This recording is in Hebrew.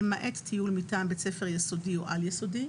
למעט טיול מטעם בית ספר יסודי או על-יסודי,